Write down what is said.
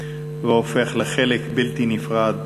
והופך לחלק בלתי נפרד